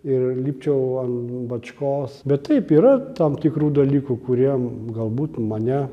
ir lipčiau an bačkos bet taip yra tam tikrų dalykų kurie galbūt mane